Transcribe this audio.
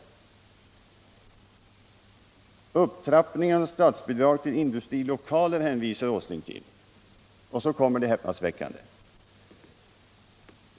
Nils Åsling hänvisar till upptrappningen av statsbidraget till industrilokaler. Där kommer det häpnadsväckande.